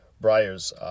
Briar's